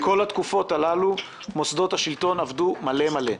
בכל התקופות הללו כל מוסדות השלטון עבדו מלא-מלא.